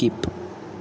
skip